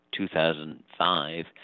2005